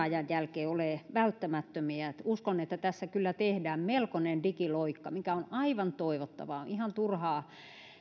ajan jälkeen ole välttämättömiä uskon että tässä kyllä tehdään melkoinen digiloikka mikä on aivan toivottavaa on ihan turhaa